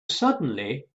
suddenly